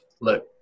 Look